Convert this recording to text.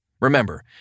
Remember